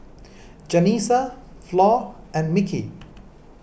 Janessa Flor and Mickey